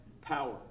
power